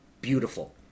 beautiful